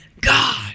God